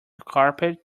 carpet